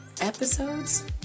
episodes